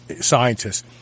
scientists